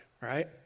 right